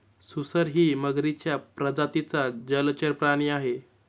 सुसरही मगरीच्या प्रजातीचा जलचर प्राणी आहे